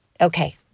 Okay